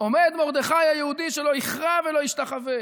עומד מרדכי היהודי ש"לא יכרע ולא ישתחוה",